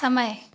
समय